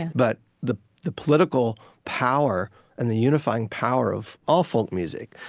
and but the the political power and the unifying power of all folk music,